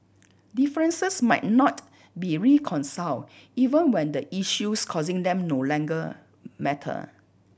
differences might not be reconciled even when the issues causing them no longer matter